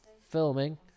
filming